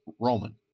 roman